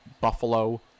Buffalo